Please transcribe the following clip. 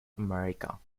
america